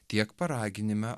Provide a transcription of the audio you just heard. tiek paraginime